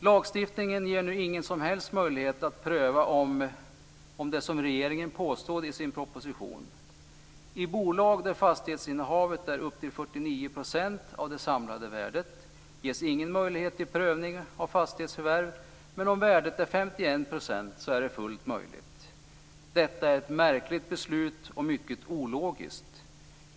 Lagstiftningen ger nu ingen som helst möjlighet att pröva det som regeringen påstår i sin proposition. I bolag där fastighetsinnehavet är uppe i 49 % av det samlade värdet ges ingen möjlighet till prövning av fastighetsförvärv, men om värdet är 51 % är det fullt möjligt. Detta är ett märkligt och mycket ologiskt beslut.